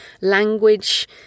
language